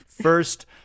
First